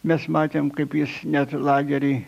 mes matėm kaip jis net lageryj